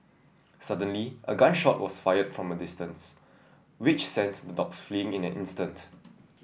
suddenly a gun shot was fired from a distance which sent the dogs fleeing in an instant